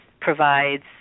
provides